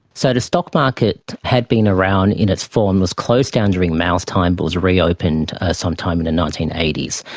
so the stock market had been around in its form, was closed down during mao's time but was reopened some time in the and nineteen eighty s.